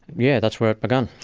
yeah, that's where it began.